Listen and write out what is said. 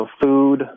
food